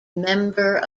member